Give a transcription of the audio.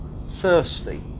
thirsty